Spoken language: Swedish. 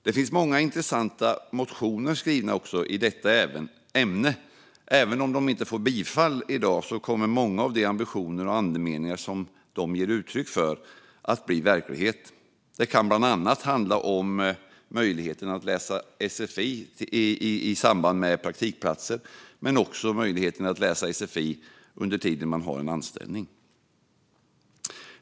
Det finns många intressanta motioner skrivna i detta ämne, och även om de inte får bifall kommer ändå många av de ambitioner och andemeningar som de ger uttryck för att bli verklighet. Det kan bland annat handla om möjligheten att läsa sfi i samband med praktikplatser eller under tiden man har en anställning.